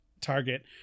target